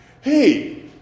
Hey